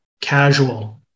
casual